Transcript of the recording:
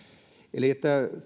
eli